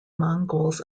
mongols